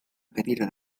cadira